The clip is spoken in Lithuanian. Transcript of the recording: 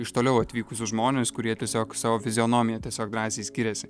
iš toliau atvykusius žmones kurie tiesiog savo fizionomija tiesiog drąsiai skiriasi